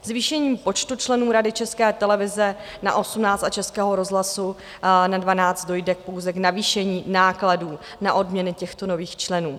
Zvýšením počtu členů Rady České televize na 18 a Českého rozhlasu na 12 dojde pouze k navýšení nákladů na odměny těchto nových členů.